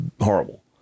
horrible